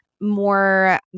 more